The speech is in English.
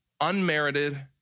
unmerited